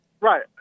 Right